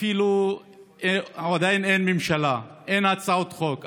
אפילו עדיין אין ממשלה, כך שאין הצעות חוק.